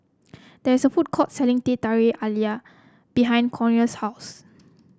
there is a food court selling Teh Halia Tarik behind Corina's house